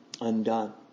undone